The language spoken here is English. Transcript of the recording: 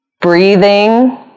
breathing